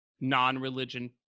non-religion